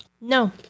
No